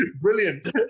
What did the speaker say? Brilliant